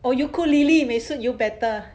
or ukulele may serve you better